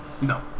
No